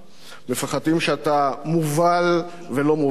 מפחדים שאתה מובל ולא מוביל,